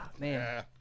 Man